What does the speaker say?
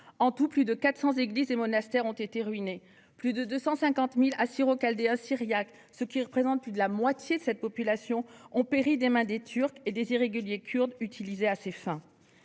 En tout, plus de 400 églises et monastères ont été ruinés. Plus de 250 000 Assyro-Chaldéens-Syriaques, soit plus de la moitié de cette population, ont péri des mains des Turcs et des irréguliers kurdes utilisés à ces fins.